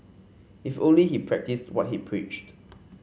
if only he practised what he preached